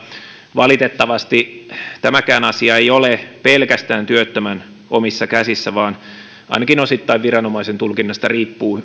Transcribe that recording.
valitettavasti tämäkään asia ei ole pelkästään työttömän omissa käsissä vaan ainakin osittain viranomaisen tulkinnasta riippuu